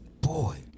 boy